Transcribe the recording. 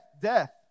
Death